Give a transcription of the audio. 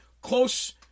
close